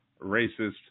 racist